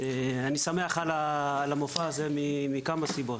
אני שמח על קיום הדיון הזה מכמה סיבות.